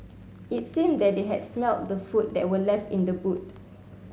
it seemed that they had smelt the food that were left in the boot